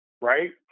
right